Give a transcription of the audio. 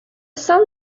sun